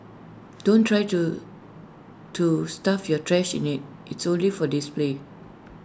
don't try to to stuff your trash in IT it's only for display